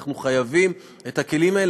אנחנו חייבים את הכלים האלה,